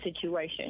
situation